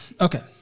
Okay